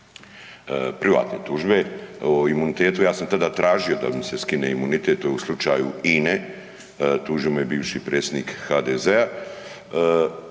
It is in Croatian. privatne tužbe o imunitetu, ja sam tada tražio da mi se skine imunitet u slučaju INA-e. Tužio me bivši predsjednik HDZ-a